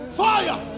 fire